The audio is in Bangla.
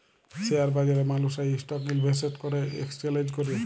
শেয়ার বাজারে মালুসরা ইসটক ইলভেসেট আর একেসচেলজ ক্যরে